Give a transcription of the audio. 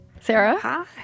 Sarah